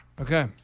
Okay